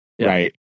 Right